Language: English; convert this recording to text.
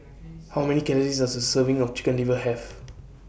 How Many Calories Does A Serving of Chicken Liver Have